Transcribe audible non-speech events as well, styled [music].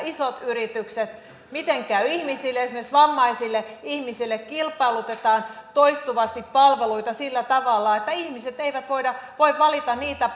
isot yritykset miten käy ihmisille esimerkiksi vammaisille ihmisille kilpailutetaan toistuvasti palveluita sillä tavalla että ihmiset eivät voi valita niitä [unintelligible]